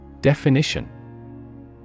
Definition